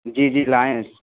جی جی لائے ہیں